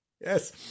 Yes